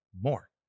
more